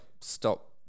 stop